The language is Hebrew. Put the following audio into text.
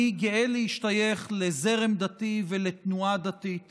אני גאה להשתייך לזרם דתי ולתנועה דתית